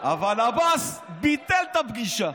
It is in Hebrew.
אבל עבאס ביטל את הפגישה.